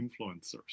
influencers